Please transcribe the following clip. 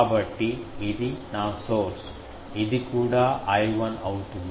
కాబట్టి ఇది నా సోర్స్ ఇది కూడా I1 అవుతుంది